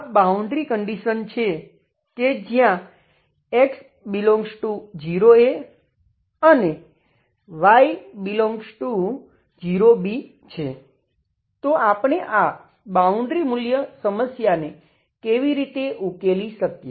આ boundary condition છે કે જ્યાં x∈ અને y∈ છે તો આપણે આ બાઉન્ડ્રી મૂલ્ય સમસ્યાને કેવી રીતે ઉકેલી શકીએ